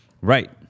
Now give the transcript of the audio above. Right